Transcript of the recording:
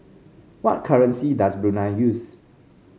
what currency does Brunei use